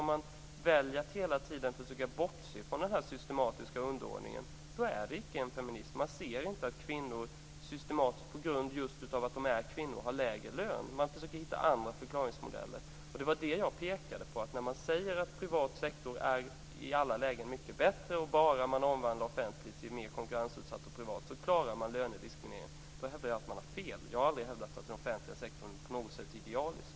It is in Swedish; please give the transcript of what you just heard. Om man väljer att hela tiden försöka bortse från den systematiska underordningen är det icke en feminism. Man ser inte att kvinnor systematiskt, på grund just av att de är kvinnor, har lägre löner. Man försöker hitta andra förklaringsmodeller. Det var det jag pekade på. Man säger att privat sektor är mycket bättre i alla lägen och att man klarar lönediskrimineringen bara man omvandlar offentligt till privat och låter det bli mer konkurrensutsatt. Då hävdar jag att man har fel. Jag har aldrig hävdat att den offentliga sektorn är idealisk på något sätt.